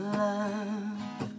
love